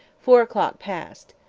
four o'clock passed.